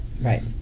Right